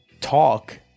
talk